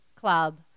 club